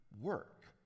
work